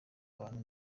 abantu